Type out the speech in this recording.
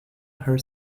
her